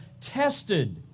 tested